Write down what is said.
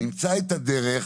נמצא את הדרך,